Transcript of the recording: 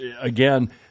again